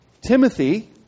Timothy